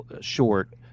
short